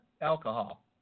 alcohol